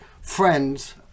friends